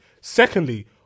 secondly